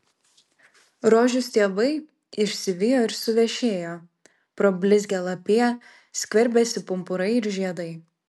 rožių stiebai išsivijo ir suvešėjo pro blizgią lapiją skverbėsi pumpurai ir žiedai